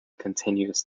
continuous